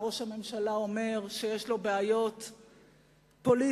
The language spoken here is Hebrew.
ראש הממשלה אומר שיש לו בעיות פוליטיות,